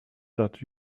that